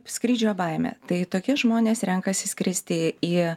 skrydžio baimė tai tokie žmonės renkasi skristi į